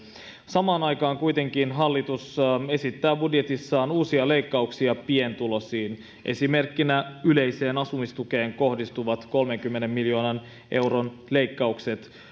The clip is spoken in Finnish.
samaan aikaan hallitus kuitenkin esittää budjetissaan uusia leikkauksia pienituloisille esimerkkinä yleiseen asumistukeen kohdistuvat kolmenkymmenen miljoonan euron leikkaukset